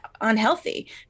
Unhealthy